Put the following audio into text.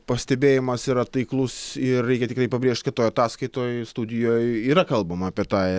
pastebėjimas yra taiklus ir reikia tikrai pabrėžt kad toj ataskaitoj studijoj yra kalbama apie tą